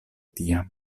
tiam